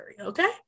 Okay